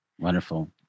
Wonderful